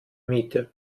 miete